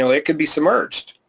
it could be submerged,